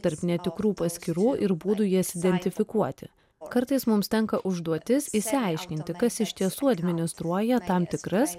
tarp netikrų paskyrų ir būdų jas identifikuoti kartais mums tenka užduotis išsiaiškinti kas iš tiesų administruoja tam tikras